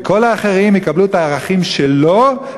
וכל האחרים יקבלו את הערכים שלו,